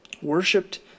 worshipped